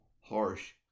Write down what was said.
harsh